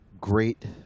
great